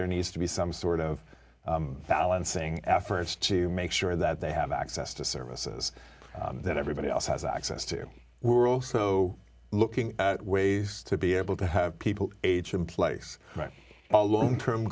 there needs to be some sort of balancing efforts to make sure that they have access to services that everybody else has access to we're also looking at ways to be able to have people age in place a long term